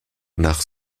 nach